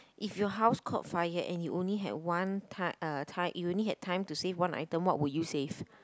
if your house caught fire and you only had one ti~ uh ti~ if you only had time to save one item what would you save